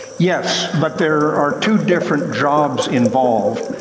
yes, but there are two different jobs involved.